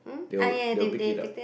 they'll they will pick it up